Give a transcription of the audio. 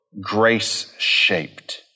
grace-shaped